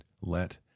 let